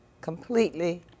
Completely